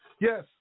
Yes